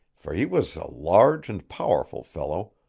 for he was a large and powerful fellow,